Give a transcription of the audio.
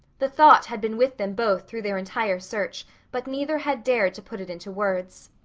the thought had been with them both through their entire search but neither had dared to put it into words.